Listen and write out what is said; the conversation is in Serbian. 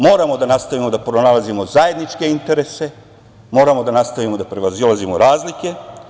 Moramo da nastavimo da pronalazimo zajedničke interese, moramo da nastavimo da prevazilazimo razlike.